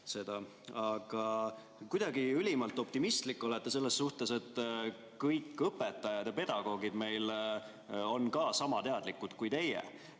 aga kuidagi ülimalt optimistlik olete selles suhtes, et kõik õpetajad ja pedagoogid on meil sama teadlikud kui teie.